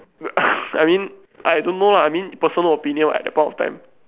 I mean I don't know lah I mean personal opinion [what] that point of time